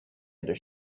other